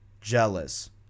jealous